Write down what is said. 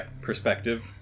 perspective